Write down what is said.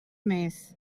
més